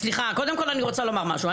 סליחה, קודם כל אני רוצה לומר משהו.